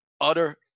utter